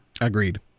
Agreed